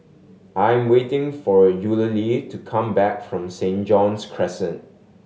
I'm waiting for Eulalie to come back from Saint John's Crescent